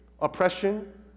oppression